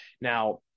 Now